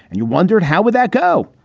and you wondered, how would that go?